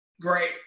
Great